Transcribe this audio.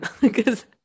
because-